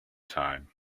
time